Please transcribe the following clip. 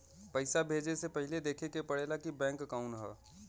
पइसा भेजे से पहिले देखे के पड़ेला कि बैंक कउन ह